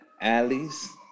Alley's